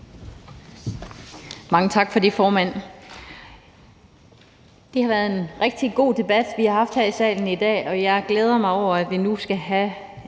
Mange tak for det, formand. Det har været en rigtig god debat, vi har haft her i salen i dag, og jeg glæder mig over, at vi nu skal have